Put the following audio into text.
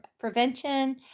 prevention